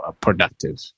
productive